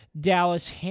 Dallas